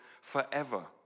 forever